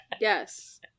Yes